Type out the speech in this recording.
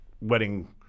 wedding